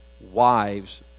wives